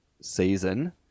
season